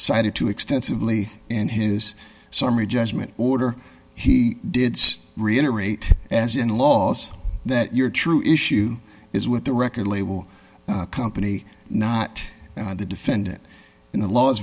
cited to extensively and his summary judgment order he did reiterate as in laws that your true issue is with the record label company not the defendant in the laws